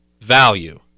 value